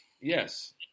Yes